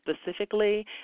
specifically